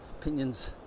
opinions